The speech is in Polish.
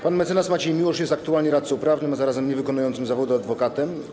Pan mecenas Maciej Miłosz jest aktualnie radcą prawnym, a zarazem niewykonującym zawodu adwokatem.